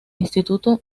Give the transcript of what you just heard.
instituto